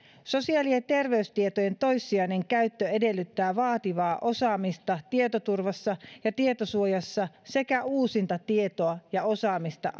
sosiaali ja terveystietojen toissijainen käyttö edellyttää vaativaa osaamista tietoturvassa ja tietosuojassa sekä uusinta tietoa anonymisointitekniikoista ja osaamista